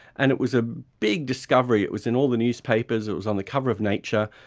and it was a big discovery, it was in all the newspapers, it was on the cover of nature.